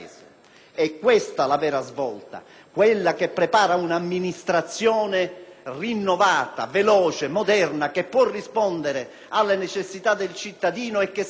rinnovata, veloce, moderna, che possa rispondere alle necessità del cittadino e che sarà la prima risposta che daremo alla grande crisi economica che attanaglia il pianeta e di cui